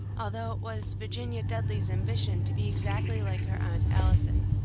although it was virginia dudley's ambition to be exactly like her aunt allison.